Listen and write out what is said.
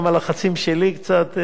וגם הלחצים שלי קצת,